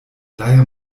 daher